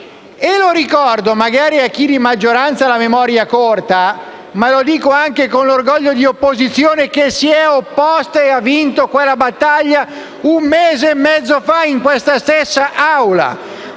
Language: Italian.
e lo ricordo a chi in maggioranza magari ha la memoria corta, ma lo dico anche con l'orgoglio di un'opposizione che si è opposta e ha vinto quella battaglia un mese e mezzo fa in questa stessa Aula.